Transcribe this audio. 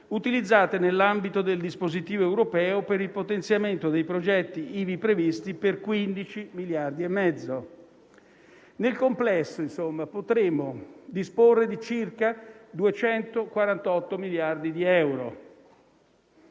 utilizzate nell'ambito del dispositivo europeo per il potenziamento dei progetti ivi previsti per 15 miliardi e mezzo. Nel complesso, insomma, potremo disporre di circa 248 miliardi di euro.